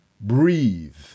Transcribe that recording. breathe